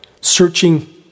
searching